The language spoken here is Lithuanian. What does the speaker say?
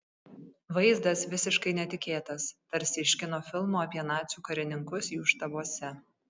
vaizdas visiškai netikėtas tarsi iš kino filmų apie nacių karininkus jų štabuose